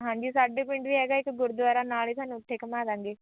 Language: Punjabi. ਹਾਂਜੀ ਸਾਡੇ ਪਿੰਡ ਵੀ ਹੈਗਾ ਇੱਕ ਗੁਰਦੁਆਰਾ ਨਾਲ ਏ ਤੁਹਾਨੂੰ ਉੱਥੇ ਘੁੰਮਾ ਲਵਾਂਗੇ